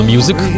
Music